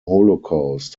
holocaust